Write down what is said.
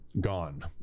gone